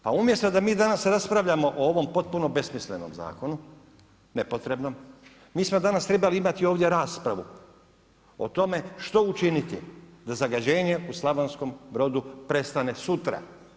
Pa umjesto da mi danas raspravljamo o ovom potpuno besmislenom zakonu, nepotrebnom, mi smo danas trebali imati ovdje raspravu o tome što učiniti da zagađenje u Slavonskom Brodu prestane sutra.